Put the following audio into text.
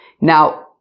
Now